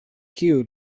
kiu